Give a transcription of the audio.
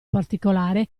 particolare